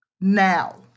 Now